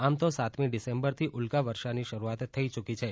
આમ તો સાતમી ડિસેમ્બરથી ઉલ્કા વર્ષાની શરૂઆત થઈ યૂકી છે